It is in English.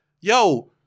yo